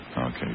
Okay